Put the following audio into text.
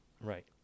Right